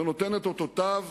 זה נותן את אותותיו